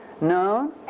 known